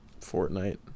Fortnite